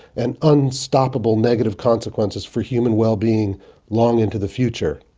and unstoppable negative consequences for human well-being long into the future.